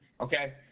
Okay